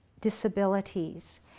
disabilities